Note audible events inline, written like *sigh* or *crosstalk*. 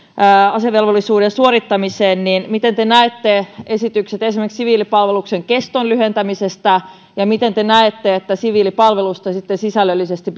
asevelvollisuuden suorittamiselle niin miten te näette esitykset esimerkiksi siviilipalveluksen keston lyhentämisestä ja miten te näette että siviilipalvelusta sitten sisällöllisesti *unintelligible*